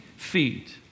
feet